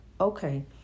Okay